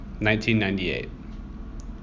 1998